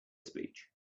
speech